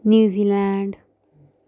New Zealand